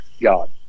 God